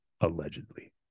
Allegedly